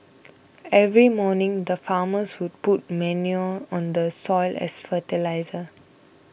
every morning the farmers would put manure on the soil as fertiliser